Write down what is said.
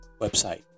website